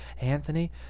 Anthony